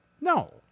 No